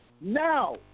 Now